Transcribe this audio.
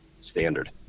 standard